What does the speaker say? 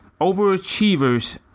overachievers